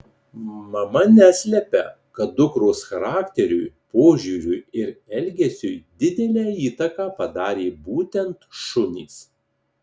mama neslepia kad dukros charakteriui požiūriui ir elgesiui didelę įtaką padarė būtent šunys